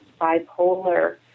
bipolar